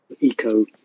eco